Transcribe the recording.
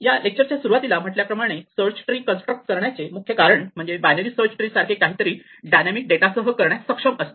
या लेक्चर च्या सुरवातीला म्हटल्या प्रमाणे सर्च ट्री कंस्ट्रक्ट करण्याचे मुख्य कारण म्हणजे बायनरी सर्च सारखे काहीतरी डायनॅमिक डेटासह करण्यास सक्षम असणे